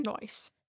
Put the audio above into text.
Nice